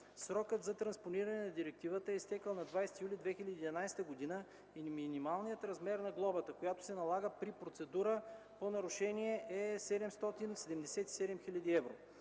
Срокът за транспониране на директивата е изтекъл на 20 юли 2011 г. и минималният размер на глобата, която се налага при процедура по нарушение, е 777 хил. евро.